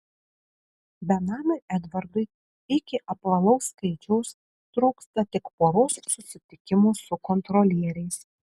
benamiui edvardui iki apvalaus skaičiaus trūksta tik poros susitikimų su kontrolieriais